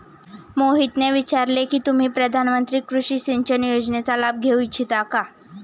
मोहितने विचारले की तुम्ही प्रधानमंत्री कृषि सिंचन योजनेचा लाभ घेऊ इच्छिता का?